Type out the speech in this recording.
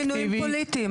כמו מינויים פוליטיים.